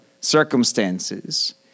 circumstances